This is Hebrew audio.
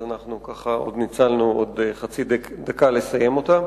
אז אנחנו ככה ניצלנו עוד חצי דקה לסיים אותה.